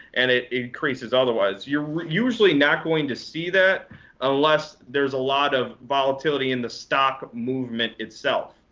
and it increases otherwise. you're usually not going to see that unless there is a lot of volatility in the stock movement itself.